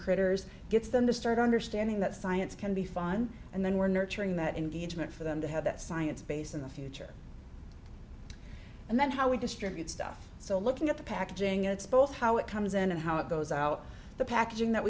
critters gets them to start understanding that science can be fun and then we're nurturing that engagement for them to have that science base in the future and then how we distribute stuff so looking at the packaging it's both how it comes in and how it goes out the packaging that